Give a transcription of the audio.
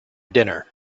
dinner